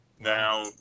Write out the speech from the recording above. Now